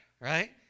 right